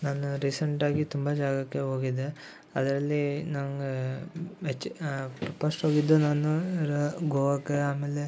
ನಾನು ರೀಸೆಂಟಾಗಿ ತುಂಬಾ ಜಾಗಕ್ಕೆ ಹೋಗಿದ್ದೆ ಅದರಲ್ಲಿ ನನಗೆ ಮೆಚ್ಚಿ ಫಸ್ಟ್ ಹೋಗಿದ್ದು ನಾನು ರ ಗೋವಾಕ್ಕೆ ಆಮೇಲೆ